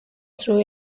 threw